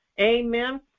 amen